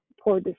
poor